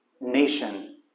nation